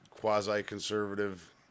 quasi-conservative